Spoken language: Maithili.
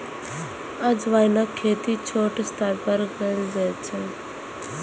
अजवाइनक खेती छोट स्तर पर कैल जाइ छै